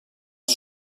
els